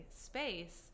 space